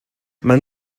man